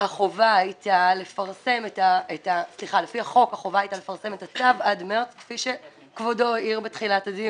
החובה הייתה לפרסם את הצו עד מרס כפי שכבודו העיר בתחילת הדיון.